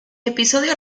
episodio